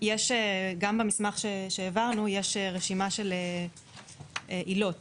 במסמך שהעברנו יש רשימה של עילות